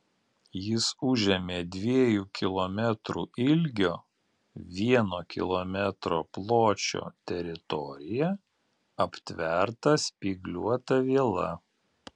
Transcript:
jis užėmė dviejų kilometrų ilgio vieno kilometro pločio teritoriją aptvertą spygliuota viela